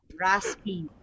raspy